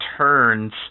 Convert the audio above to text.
turns